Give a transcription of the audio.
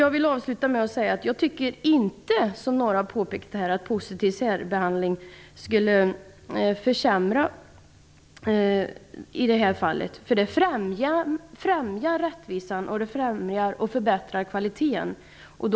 Jag vill avsluta med att säga att jag inte tycker, som några har påpekat här, att positiv särbehandling skulle försämra i det här fallet. För den främjar rättvisan och den främjar och förbättrar kvaliteten.